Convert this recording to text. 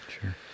Sure